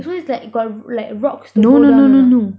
so is like got like rocks to hold on or not